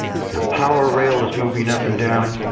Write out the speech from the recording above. if your power rail is moving up and down,